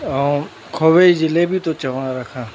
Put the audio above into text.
ऐं खोवे जी जलेबी थो चवां रखां